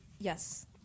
yes